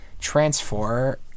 transfer